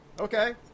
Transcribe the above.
Okay